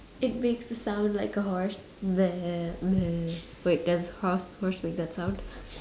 it makes a sound like a horse wait does horse horse make that sound